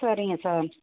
சரிங்க சார்